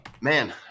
man